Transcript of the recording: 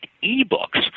e-books